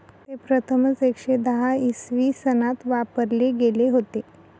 ते प्रथमच एकशे दहा इसवी सनात वापरले गेले होते